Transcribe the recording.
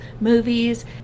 movies